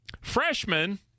Freshman